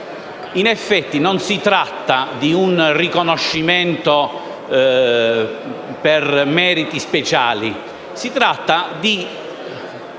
In effetti, non si tratta di un riconoscimento per meriti speciali, ma si tratta di